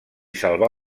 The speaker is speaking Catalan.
salvà